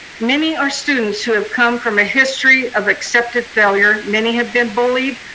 many are students who have come from a history of accepted failure. many have been bullied,